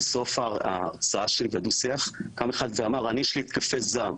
בסוף ההרצאה שלי והדו שיח קם אחד ואמר אני יש לי התקפי זעם,